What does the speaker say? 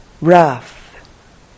rough